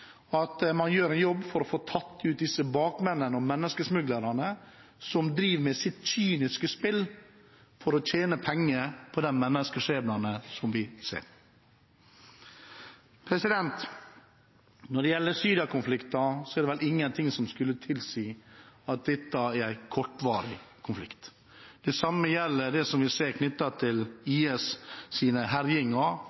at man gjør en jobb for å få tatt ut disse bakmennene og menneskesmuglerne som driver med sitt kyniske spill for å tjene penger på de menneskeskjebnene vi ser. Når det gjelder Syria-konflikten, er det vel ingenting som skulle tilsi at dette er en kortvarig konflikt. Det samme gjelder det som er knyttet til IS’ herjinger og umenneskelige framtreden som vi ser